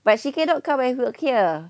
but she cannot come and work here